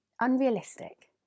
unrealistic